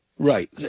Right